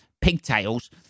pigtails